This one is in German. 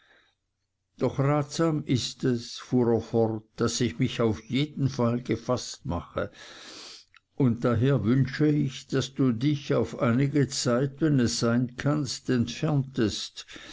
doch ratsam ist es fuhr er fort daß ich mich auf jeden fall gefaßt mache und daher wünschte ich daß du dich auf einige zeit wenn es sein kann entferntest